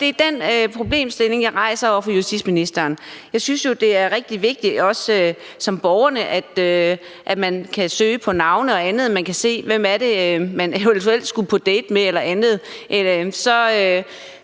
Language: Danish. Det er den problemstilling, jeg rejser over for justitsministeren. Jeg synes jo, det er rigtig vigtigt, også som borger, at man kan søge på navne og andet, og at man kan se, hvem det er, man eventuelt skal på date med eller andet. Så